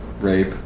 Rape